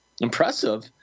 Impressive